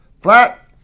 Flat